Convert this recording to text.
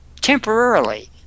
temporarily